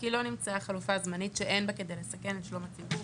כי לא נמצאה חלופה זמנית שאין בה כדי לסכן את שלום הציבור,